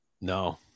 No